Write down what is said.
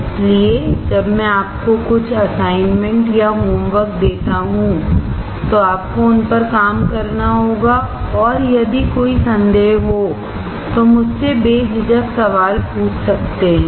इसलिए जब मैं आपको कुछ असाइनमेंट या होम वर्क देता हूं तो आपको उन पर काम करना होगा और यदि कोई संदेह हो तो मुझसे बे झिझक सवाल पूछ सकते हैं